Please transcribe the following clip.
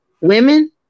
women